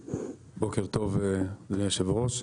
בוקר טוב אדוני יושב הראש.